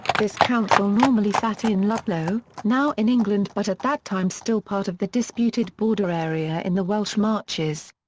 this council normally sat in ludlow, now in england but at that time still part of the disputed border area in the welsh marches.